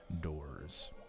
doors